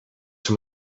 them